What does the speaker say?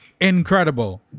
Incredible